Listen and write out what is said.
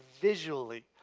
visually